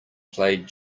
played